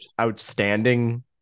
outstanding